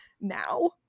now